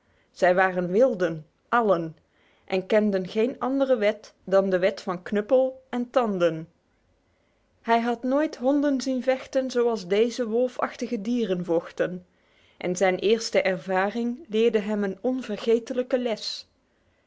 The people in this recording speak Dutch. zij waren wilden allen en kenden geen andere wet dan de wet van knuppel en tanden hij had nooit honden zien vechten zoals deze wolfachtige dieren vochten en zijn eerste ervaring leerde hem een onvergetelijke les